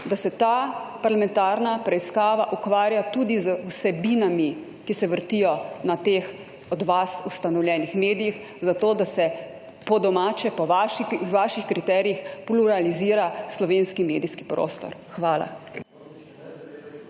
da se ta parlamentarna preiskava ukvarja tudi z vsebinami, ki se vrtijo na teh od vas ustanovljenih medijih zato, da se po domače po vaših kriterijih pluralizira slovenski medijski prostor. Hvala.